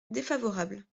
défavorable